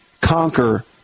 conquer